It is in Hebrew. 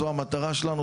זו המטרה שלנו,